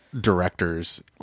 directors